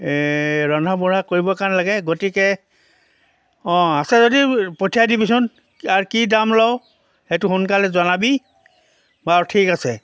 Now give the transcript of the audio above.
ৰন্ধা বঢ়া কৰিব কাৰণে লাগে গতিকে অঁ আছে যদি পঠিয়াই দিবিচোন আৰু কি দাম ল'ৱ সেইটো সোনকালে জনাবি বাৰু ঠিক আছে